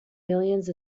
millions